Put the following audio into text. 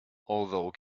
although